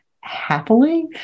happily